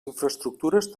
infraestructures